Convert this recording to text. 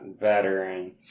veteran